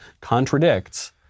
contradicts